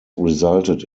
resulted